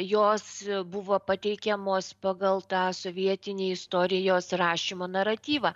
jos buvo pateikiamos pagal tą sovietinį istorijos rašymo naratyvą